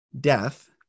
death